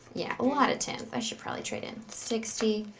yeah, a lotta tens, i should probably trade in. sixty,